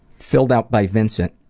filled out by vincent,